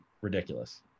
ridiculous